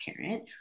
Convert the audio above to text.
parent